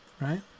right